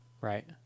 Right